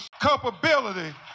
culpability